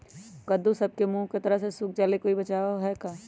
कददु सब के मुँह के तरह से सुख जाले कोई बचाव है का?